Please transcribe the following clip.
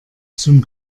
zum